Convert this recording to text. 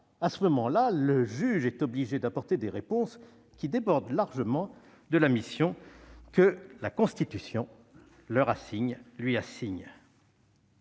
fondamentale, le juge est obligé d'apporter des réponses débordant largement de la mission que la Constitution lui assigne. Monsieur